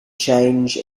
change